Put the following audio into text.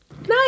Nice